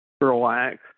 relaxed